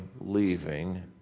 leaving